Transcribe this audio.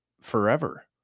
forever